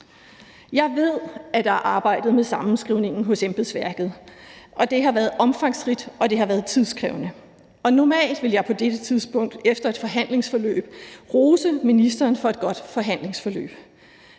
Jeg ved, at der er arbejde med sammenskrivningen hos embedsværket, at det har været omfangsrigt, og at det har været tidskrævende, og normalt ville jeg på dette tidspunkt efter et forhandlingsforløb rose ministeren for et godt forhandlingsforløb.